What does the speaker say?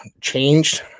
changed